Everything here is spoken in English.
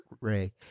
Ray